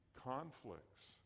Conflicts